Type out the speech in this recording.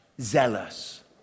zealous